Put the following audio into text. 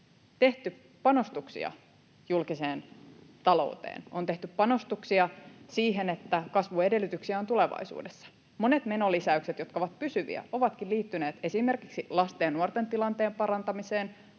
tehty panostuksia julkiseen talouteen. On tehty panostuksia siihen, että on kasvuedellytyksiä tulevaisuudessa. Monet menolisäykset, jotka ovat pysyviä, ovatkin liittyneet esimerkiksi lasten ja nuorten tilanteen parantamiseen